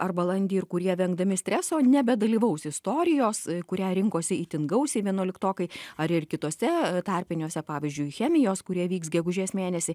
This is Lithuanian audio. ar balandį ir kurie vengdami streso nebedalyvaus istorijos kurią rinkosi itin gausiai vienuoliktokai ar ir kituose tarpiniuose pavyzdžiui chemijos kurie vyks gegužės mėnesį